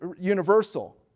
universal